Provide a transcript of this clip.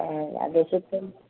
त ॾाढो सुठो